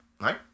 right